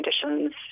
conditions